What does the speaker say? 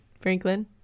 Franklin